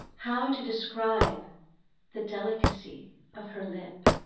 how to describe the delicacy of her lip